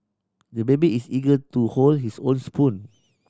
the baby is eager to hold his own spoon